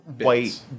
white